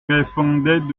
répondait